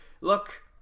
Look